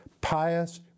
pious